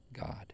God